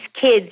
kids